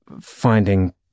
finding